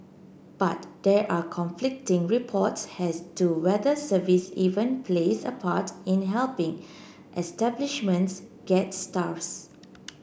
but there are conflicting reports as to whether service even plays a part in helping establishments get stars